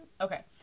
Okay